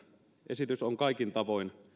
esitys on kaikin tavoin